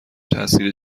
تاثیر